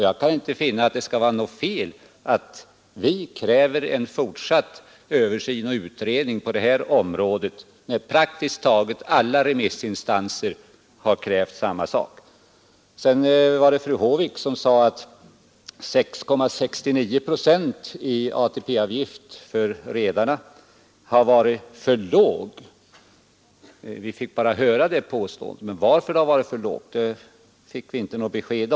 Jag kan inte finna att det kan vara fel att vi kräver en fortsatt översyn och utredning på detta område, när praktiskt taget alla remissinstanser har krävt samma sak. Sedan sade fru Håvik att 6,69 procent i ATP-avgift för redarna har varit en för låg procentsats, men varför den varit för låg fick vi aldrig höra.